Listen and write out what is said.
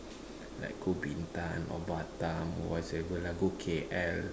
like go Bintan or Batam whatsoever lah go K_L